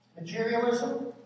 materialism